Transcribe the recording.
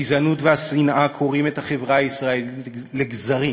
הגזענות והשנאה קורעות את החברה הישראלית לגזרים,